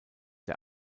der